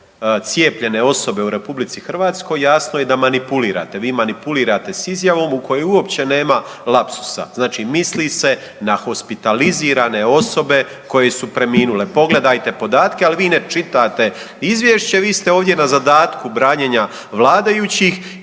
cijepljene osobe u RH jasno je da manipulirate. Vi manipulirate sa izjavom u kojoj uopće nema lapsusa. Znači, misli se na hospitalizirane osobe koje su preminule. Pogledajte podatke, ali vi ne čitate izvješće. Vi ste ovdje na zadatku branjenja vladajućih.